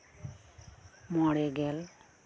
ᱢᱚᱬᱮ ᱜᱮᱞ